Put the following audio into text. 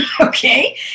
okay